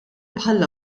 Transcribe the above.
bħall